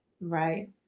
Right